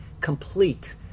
complete